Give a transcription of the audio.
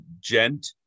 gent